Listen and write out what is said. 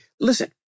listen